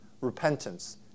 Repentance